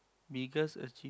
biggest achieve